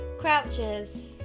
Crouches